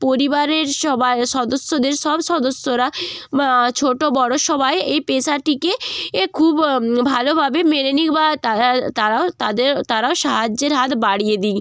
পরিবারের সবা সদস্যদের সব সদস্যরা ছোটো বড়ো সবাই এই পেশাটিকে এ খুব ভালোভাবে মেনে নিক বা তারা তারাও তাদের তারাও সাহায্যের হাত বাড়িয়ে দিক